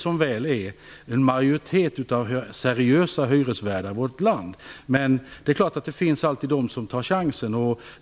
Som väl är är majoriteten av hyresvärdarna i vårt land seriösa. Men det finns naturligtvis de som tar chansen.